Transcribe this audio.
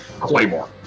claymore